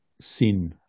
sin